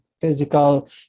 physical